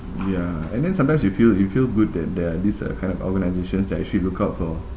ya and then sometimes you feel you feel good that there are this uh kind of organisations that actually look out for